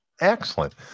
Excellent